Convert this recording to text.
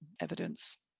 evidence